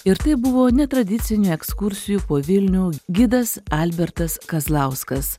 ir tai buvo netradicinių ekskursijų po vilnių gidas albertas kazlauskas